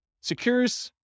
secures